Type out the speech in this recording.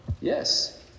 Yes